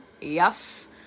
Yes